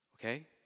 Okay